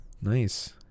Nice